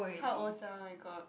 how old sia my god